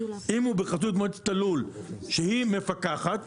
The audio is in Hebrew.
אם הוא בחסות מועצת הלול שהיא מפקחת,